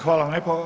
Hvala vam lijepo.